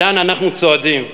לאן אנחנו צועדים?